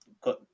got